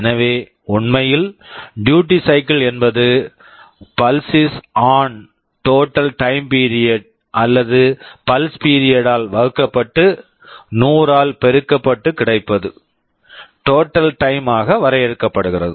எனவே உண்மையில் duty cycle duty cycle என்பது pulse is on pulse is onடோட்டல் time period total time period அல்லது பல்ஸ் பீரியட் pulse period ஆல் வகுக்கப்பட்டு 100 ஆல் பெருக்கப்பட்டு கிடைப்பது டோட்டல் டைம் total time ஆக வரையறுக்கப்படுகிறது